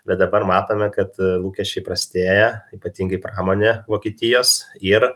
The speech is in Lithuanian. bet dabar matome kad lūkesčiai prastėja ypatingai pramonė vokietijos ir